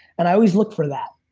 and i always look for that.